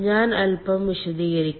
ഞാൻ അല്പം വിശദീകരിക്കാം